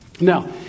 Now